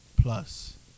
plus